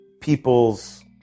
people's